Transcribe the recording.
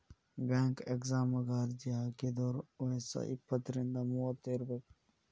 bank ಎಕ್ಸಾಮಗ ಅರ್ಜಿ ಹಾಕಿದೋರ್ ವಯ್ಯಸ್ ಇಪ್ಪತ್ರಿಂದ ಮೂವತ್ ಇರಬೆಕ್